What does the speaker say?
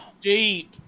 deep